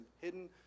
hidden